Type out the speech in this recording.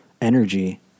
energy